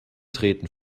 treten